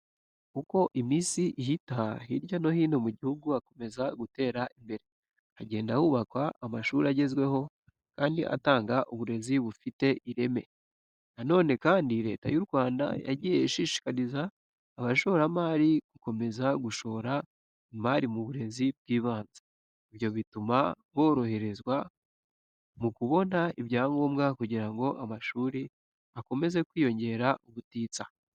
Uko iminsi ihita hirya no hino mu gihugu hakomeza gutera imbere. Hagenda hubakwa amashuri agezweho kandi atanga uburezi bufite ireme. Na none kandi Leta y'u Rwanda yagiye ishishikariza abashoramari gukomeza gushora imari mu burezi bw'ibanze. Ibyo butuma boroherezwa mukubona ibyangombwa kugira ngo amashuri akomeze kwiyongera ubutitsa.